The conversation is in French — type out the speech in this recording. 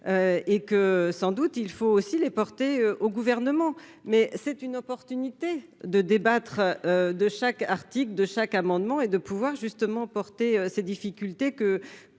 et que sans doute il faut aussi les porter au gouvernement mais c'est une opportunité de débattre de chaque article de chaque amendement et de pouvoir justement porter ces difficultés que